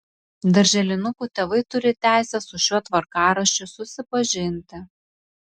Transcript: darželinukų tėvai turi teisę su šiuo tvarkaraščiu susipažinti